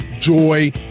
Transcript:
Joy